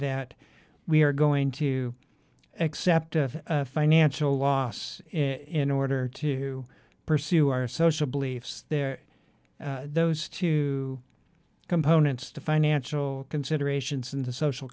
that we are going to accept a financial loss in order to pursue our social beliefs there those two components to financial considerations in the social